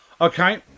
Okay